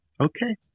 Okay